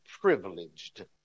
privileged